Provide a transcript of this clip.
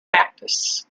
cactus